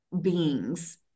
beings